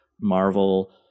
marvel